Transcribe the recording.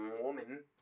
woman